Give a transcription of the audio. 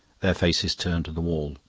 their faces turned to the wall.